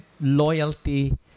loyalty